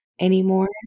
anymore